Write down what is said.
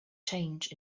change